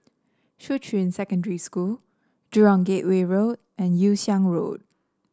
Shuqun Secondary School Jurong Gateway Road and Yew Siang Road